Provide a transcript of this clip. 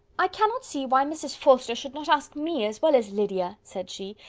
i cannot see why mrs. forster should not ask me as well as lydia, said she,